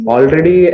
Already